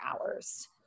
hours